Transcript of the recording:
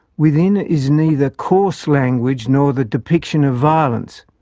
within is neither coarse language nor the depiction of violence,